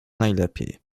najlepiej